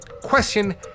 question